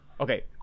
Okay